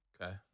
Okay